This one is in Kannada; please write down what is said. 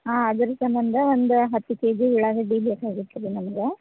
ಹಾಂ ಅದ್ರ ಸಂಬಂಧ ಒಂದು ಹತ್ತು ಕೆ ಜಿ ಉಳ್ಳಾಗಡ್ಡೆ ಬೇಕಾಗಿತ್ತು ರೀ ನಮ್ಗೆ